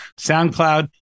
SoundCloud